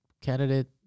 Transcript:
candidate